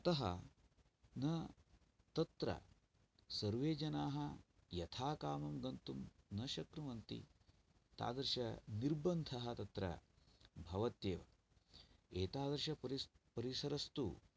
अतः न तत्र सर्वे जनाः यथाकामं गन्तुं न शक्नुवन्ति तादृशनिर्बन्धः तत्र भवत्येव एतादृशपरि परिसरस्तु